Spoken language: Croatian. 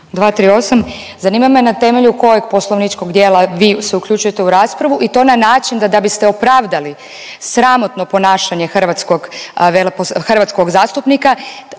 238., zanima me na temelju kojeg poslovničkog dijela vi se uključujete u raspravu i to na način da biste opravdali sramotno ponašanje hrvatskog veleposl…,